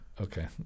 Okay